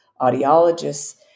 audiologists